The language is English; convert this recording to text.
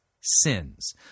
Sins